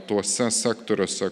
tuose sektoriuose